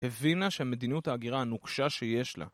הבינה שמדיניות ההגירה הנוקשה שיש לה